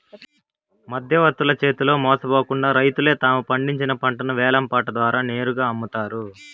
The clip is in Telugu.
మధ్యవర్తుల చేతిలో మోసపోకుండా రైతులే తాము పండించిన పంటను వేలం పాట ద్వారా నేరుగా అమ్ముతారు